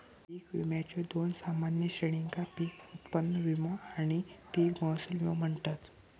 पीक विम्याच्यो दोन सामान्य श्रेणींका पीक उत्पन्न विमो आणि पीक महसूल विमो म्हणतत